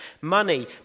Money